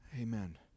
Amen